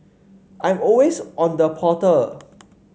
I'm always on the portal